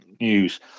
news